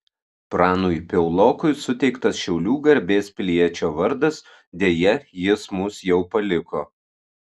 pranui piaulokui suteiktas šiaulių garbės piliečio vardas deja jis mus jau paliko